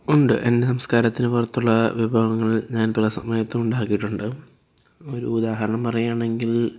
ഉണ്ട് എൻ്റെ സംസ്കാരത്തിന് പുറത്തുള്ള വിഭവങ്ങൾ ഞാൻ പല സമയത്തും ഉണ്ടാക്കിയിട്ടുണ്ട് ഒരു ഉദാഹരണം പറയുകയാണെങ്കിൽ